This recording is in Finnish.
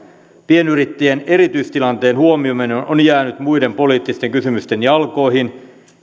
pienyrittäjien erityistilanteen huomioiminen on on jäänyt muiden poliittisten kysymysten jalkoihin